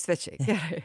svečiai gerai